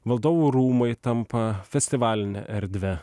valdovų rūmai tampa festivaline erdve